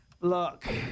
Look